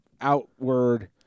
Outward